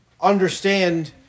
understand